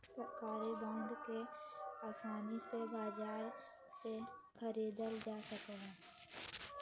सरकारी बांड के आसानी से बाजार से ख़रीदल जा सकले हें